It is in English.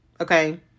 okay